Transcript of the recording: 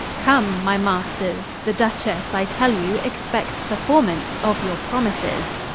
come my masters, the duchesse i tell you expects performance of your promises